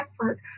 effort